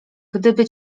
gdyby